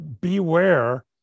beware